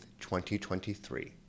2023